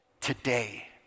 today